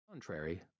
Contrary